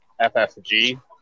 FFG